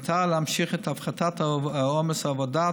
במטרה להמשיך את הפחתת עומס העבודה,